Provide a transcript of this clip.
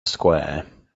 square